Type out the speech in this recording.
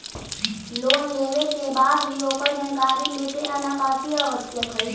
loan लेवे के बाद भी ओकर जानकारी लेते रहना काफी आवश्यक हइ